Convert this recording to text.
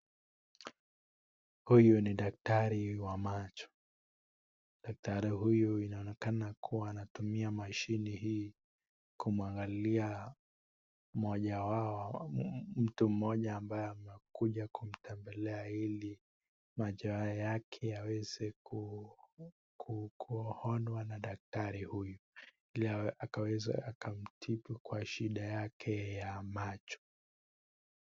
Huyu ni daktari wa macho, daktari huyu anaonekana kuwa anatumia mashine hii kumwangalia moja wao, mtu moja ambaye amekuja kumtembelea ili macho yake yaweze kuonwa na daktari huyu, ili akaweze akamtibu kwa shida yake ya macho.